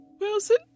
Wilson